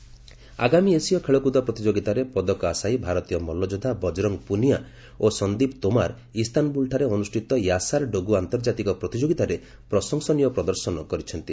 wrestling ଆଗାମୀ ଏସୀୟ ଖେଳକୁଦ ପ୍ରତିଯୋଗିତାରେ ପଦକ ଆଶାୟୀ ଭାରତୀୟ ମଲ୍ଲଯୋଦ୍ଧା ବଜରଙ୍ଗ ପୁନିଆ ଓ ସନ୍ଦୀପ ତୋମାର ଇସ୍ତାନବୁଲ୍ଠାରେ ଅନୁଷ୍ଠିତ ୟାସାର ଡୋଗୁ ଆନ୍ତର୍ଜାତିକ ପ୍ରତିଯୋଗିତାରେ ପ୍ରଶଂସନୀୟ ପ୍ରଦର୍ଶନ କରିଛନ୍ତି